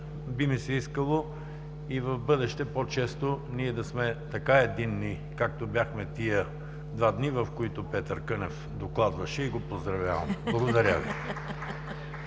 Би ми се искало и в бъдеще по-често ние да сме така единни, както бяхме тези два дни, в които Петър Кънев докладваше, и го поздравявам. Благодаря Ви.